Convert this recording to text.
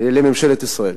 לממשלת ישראל.